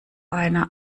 einer